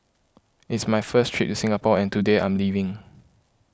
it's my first trip to Singapore and today I'm leaving